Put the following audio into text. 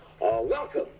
Welcome